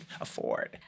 afford